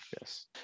yes